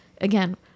again